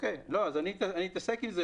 אני אעסוק בזה.